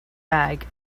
bag